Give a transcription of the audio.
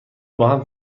باهم